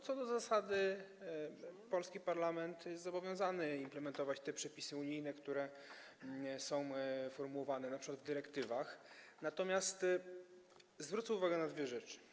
Co do zasady polski parlament jest zobowiązany implementować te przepisy unijne, które są formułowane w dyrektywach, natomiast zwrócę uwagę na dwie rzeczy.